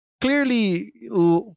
clearly